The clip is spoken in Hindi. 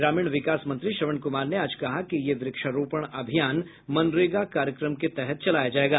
ग्रामीण विकास मंत्री श्रवण कुमार ने आज कहा कि यह वृक्षारोपण अभियान मनरेगा कार्यक्रम के तहत चलाया जायेगा